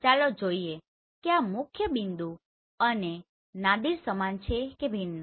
ચાલો જોઈએ કે આ મુખ્યબિંદુ અને નાદિર સમાન છે કે ભિન્ન